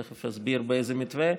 ותכף אסביר באיזה מתווה,